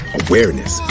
awareness